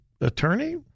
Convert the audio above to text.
attorney